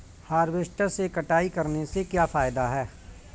Harvester से कटाई करने से क्या फायदा है?